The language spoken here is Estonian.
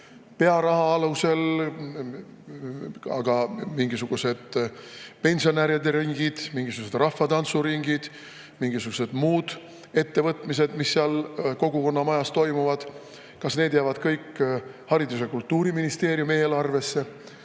pearaha alusel? Aga mingisugused pensionäride ringid, mingisugused rahvatantsuringid, mingisugused muud ettevõtmised, mis kogukonnamajas toimuvad – kas need jäävad kõik haridus‑ ja kultuuriministeeriumi eelarve